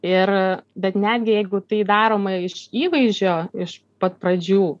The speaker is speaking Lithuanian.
ir bet netgi jeigu tai daroma iš įvaizdžio iš pat pradžių